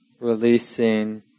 releasing